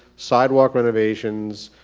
sidewalk renovations,